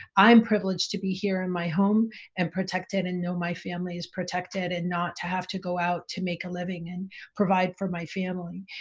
i'm privileged to be here in my home and protected and know my family is protected, and not to have to go out to make a living and provide for my family,